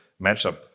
matchup